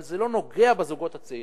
אבל זה לא נוגע בזוגות הצעירים.